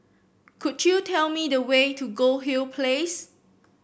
could you tell me the way to Goldhill Place